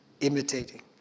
imitating